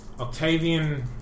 Octavian